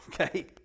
okay